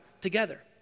together